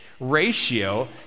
Ratio